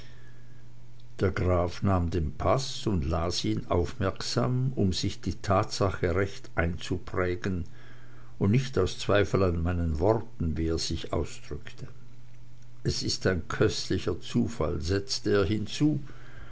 der graf nahm den paß und las ihn aufmerksam um sich die tatsache recht einzuprägen und nicht aus zweifel an meinen worten wie er sich ausdrückte es ist ein köstlicher zufall setzte er hinzu